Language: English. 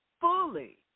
Fully